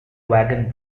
wagon